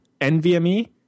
NVMe